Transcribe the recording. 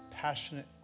passionate